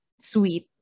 sweet